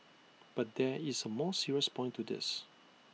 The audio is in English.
but there is A more serious point to this